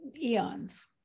eons